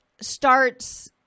starts